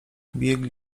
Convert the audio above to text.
biegli